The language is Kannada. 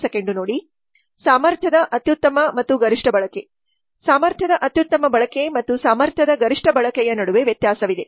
ಸಾಮರ್ಥ್ಯದ ಅತ್ಯುತ್ತಮ ಮತ್ತು ಗರಿಷ್ಠ ಬಳಕೆ ಸಾಮರ್ಥ್ಯದ ಅತ್ಯುತ್ತಮ ಬಳಕೆ ಮತ್ತು ಸಾಮರ್ಥ್ಯದ ಗರಿಷ್ಠ ಬಳಕೆಯ ನಡುವೆ ವ್ಯತ್ಯಾಸವಿದೆ